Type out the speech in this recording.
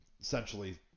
essentially